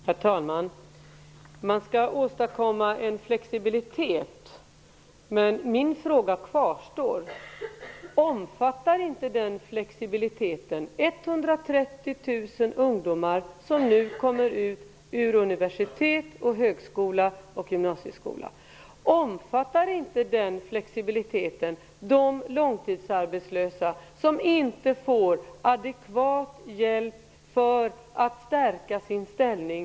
Herr talman! Man skall åstadkomma en flexibilitet, säger Rose-Marie Frebran. Men min fråga kvarstår. Omfattar inte den flexibiliteten 130 000 ungdomar som nu går ut ur universitet, högskolor och gymnasieskolor? Omfattar inte flexibiliteten de långtidsarbetslösa, som inte får adekvat hjälp för att stärka sin ställning?